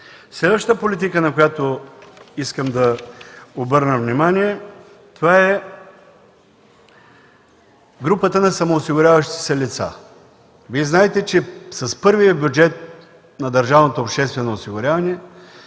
Следващата политика, на която искам да обърна внимание, е групата на самоосигуряващите се лица. Вие знаете, че с първия бюджет на държавното обществено осигуряване